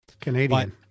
Canadian